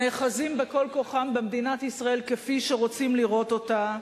נאחזים כל כוחם במדינת ישראל כפי שרוצים לראות אותה.